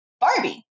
Barbie